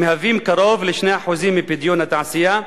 המהווים קרוב ל-2% מפדיון התעשייה.